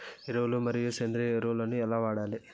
ఎరువులు మరియు సేంద్రియ ఎరువులని ఎలా వాడాలి?